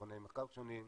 מכוני מחקר שונים,